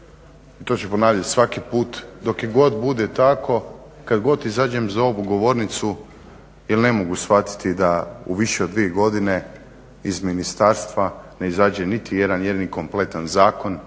To ću ponavljati svaku put dok i god bude tako, kad god izađem za ovu govornicu jel ne mogu shvatiti da u više od dvije godine iz ministarstva ne izađe niti jedan jedini kompletan zakon